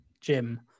Jim